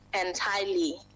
entirely